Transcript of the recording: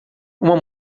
uma